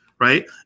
Right